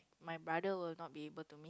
my brother will not be able to